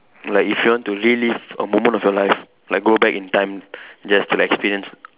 like if you want to relive a moment of your life like go back in time just to like experience